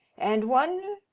and one?